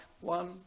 one